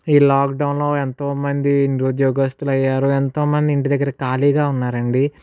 ఈ lockdown ఎంతోమంది నిరుద్యోగస్తులు అయ్యారు ఎంతోమంది ఇంటి దగ్గర ఖాళీగా ఉన్నారు అండి